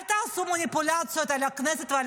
אל תעשו פה מניפולציות על הכנסת ועל